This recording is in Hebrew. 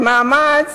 במאמץ